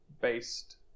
based